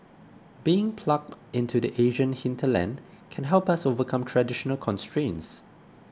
being plugged into the Asian hinterland can help us overcome traditional constraints